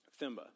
Thimba